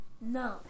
no